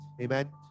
Amen